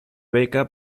beca